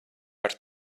par